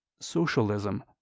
socialism